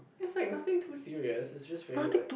it's like nothing too serious it's just very like